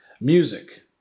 Music